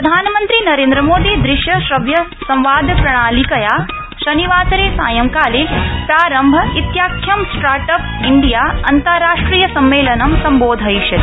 प्रधानमन्त्री नरेन्द्र मोदी दृश्यश्रव्यसंवाद प्रजालिकया शनिवासरे सायं प्रारम्भ इत्याख्यं स्टार्ट अप इण्डिया अन्ताराष्ट्रियं सम्मेलनं सम्बोधयिष्यति